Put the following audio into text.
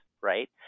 right